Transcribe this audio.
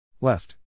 Left